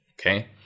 Okay